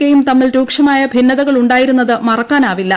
K യും തമ്മിൽ രൂക്ഷമായ ഭിന്നതകളുണ്ടായിരുന്നത് മറക്കാനാവില്ല